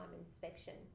inspection